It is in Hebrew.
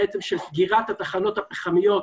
של סגירת התחנות הפחמיות